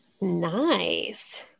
Nice